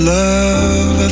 love